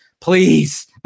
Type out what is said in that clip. Please